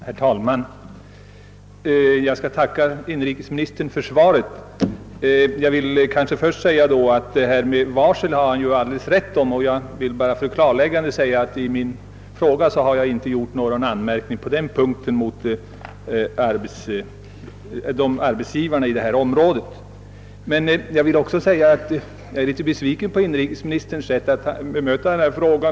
Herr talman! Jag ber att få tacka inrikesministern för svaret på min frå ga. Jag vill först säga att han har alldeles rätt beträffande varsel. För atl klarlägga förhållandena vill jag endast tillägga att jag i min fråga inte riktat någon anmärkning på den punkten mot arbetsgivarna i detta område. Jag är emellertid litet besviken på inrikesministerns sätt att besvara min fråga.